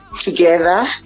together